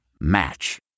Match